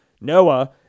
Noah